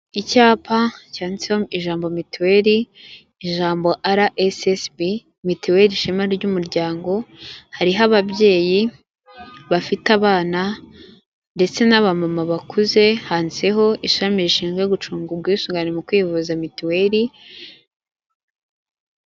Icyapa cyanditseho ijambo mitiweri ijambo arasisibi mituweri ishema ry'umuryango hariho ababyeyi bafite abana ndetse n'aba mama bakuze handiseho ishami rishinzwe gucunga ubwisungane mu kwivuza mitiweri.